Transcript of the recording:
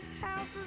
house